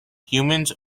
humans